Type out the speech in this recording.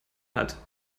hat